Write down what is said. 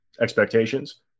expectations